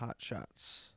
hotshots